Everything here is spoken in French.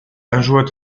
adjointe